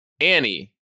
Annie